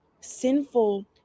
sinful